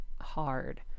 hard